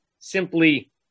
simply